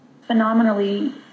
phenomenally